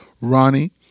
Ronnie